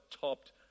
topped